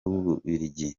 w’ububiligi